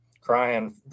crying